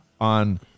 on